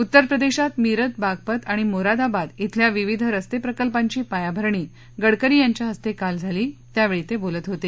उत्तरप्रदेशात मीरत बाघपत आणि मोरादाबाद विल्या विविध रस्तेप्रकल्पांची पायाभरणी गडकरी यांच्या हस्ते काल झाली त्यावेळी ते बोलत होते